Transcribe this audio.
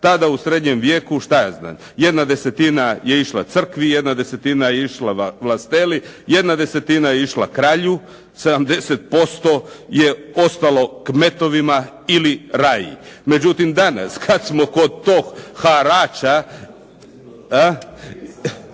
Tada u srednjem vijeku, šta ja znam, jedna desetina je išla crkvi, jedna desetina je išla vlasteli, jedna desetina je išla kralju, 70% je ostalo kmetovima ili raji. Međutim, danas kad smo kod tog harača.